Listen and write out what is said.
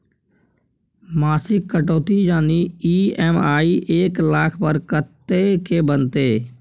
मासिक कटौती यानी ई.एम.आई एक लाख पर कत्ते के बनते?